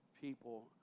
people